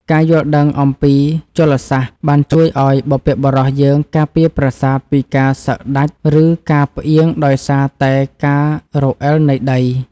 ការយល់ដឹងអំពីជលសាស្ត្របានជួយឱ្យបុព្វបុរសយើងការពារប្រាសាទពីការសឹកដាច់ ឬ ការផ្អៀងដោយសារតែការរអិលនៃដី។